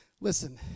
Listen